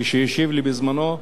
כשהשיב לי בזמנו,